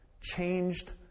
Changed